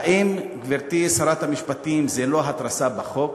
האם, גברתי שרת המשפטים, זה לא התרסה בחוק?